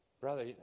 Brother